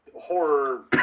horror